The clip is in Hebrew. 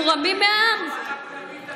אנחנו נבין שזה גם לדעת להקנות נוהג,